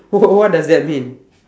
what does that mean